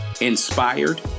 inspired